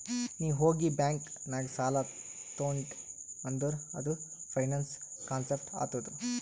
ನೀ ಹೋಗಿ ಬ್ಯಾಂಕ್ ನಾಗ್ ಸಾಲ ತೊಂಡಿ ಅಂದುರ್ ಅದು ಫೈನಾನ್ಸ್ ಕಾನ್ಸೆಪ್ಟ್ ಆತ್ತುದ್